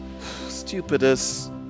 stupidest